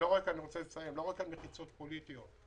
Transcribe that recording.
אני לא רואה כאן מחיצות פוליטיות,